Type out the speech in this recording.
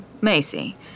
Macy